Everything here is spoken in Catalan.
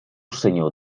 senyor